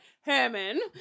Herman